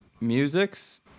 musics